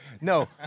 No